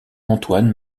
antoine